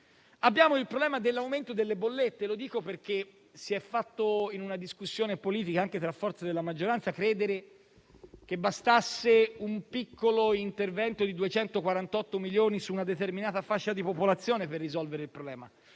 Abbiamo il problema dell'aumento delle bollette: lo dico perché, in una discussione politica anche tra forze della maggioranza, si è fatto credere che bastasse un piccolo intervento di 248 milioni su una determinata fascia di popolazione per risolvere il problema.